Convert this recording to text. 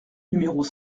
numéros